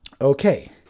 Okay